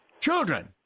Children